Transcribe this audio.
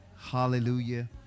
Hallelujah